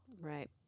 Right